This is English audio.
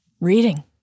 Reading